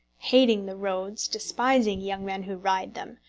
hating the roads, despising young men who ride them,